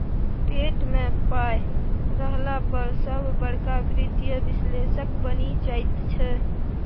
TET मे पाय रहला पर सभ बड़का वित्तीय विश्लेषक बनि जाइत छै